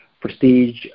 prestige